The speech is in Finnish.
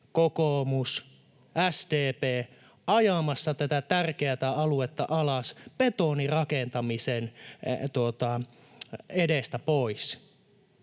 ja ovat olleet ajamassa tätä tärkeätä aluetta alas betonirakentamisen edestä pois.